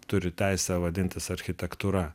turi teisę vadintis architektūra